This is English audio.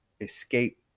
escape